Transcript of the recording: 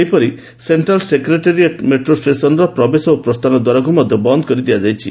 ସେହିପରି central secretariat metro ଷ୍ଟେସନର ପ୍ରବେଶ ଓ ପ୍ରସ୍ଥାନ ଦ୍ୱାରକୁ ମଧ୍ୟ ବନ୍ଦ କରିଦିଆଯାଇଛି